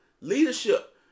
leadership